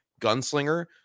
gunslinger